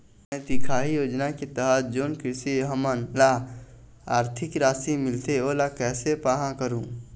मैं दिखाही योजना के तहत जोन कृषक हमन ला आरथिक राशि मिलथे ओला कैसे पाहां करूं?